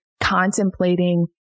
contemplating